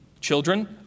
Children